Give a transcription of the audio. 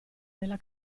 nella